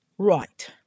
right